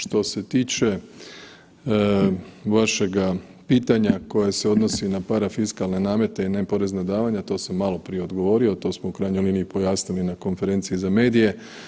Što se tiče vašega pitanja koje se odnosi na parafiskalne namete i neporezna davanja, to sam maloprije odgovorio, to smo u krajnjoj liniji pojasnili na konferenciji za medije.